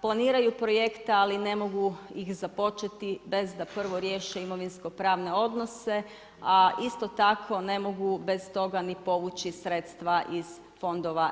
planiraju projekte ali ne mogu ih započeti bez da prvo riješe imovinsko-pravne odnose, a isto tako ne mogu bez toga ni povući sredstva iz EU fondova.